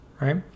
right